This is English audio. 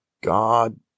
God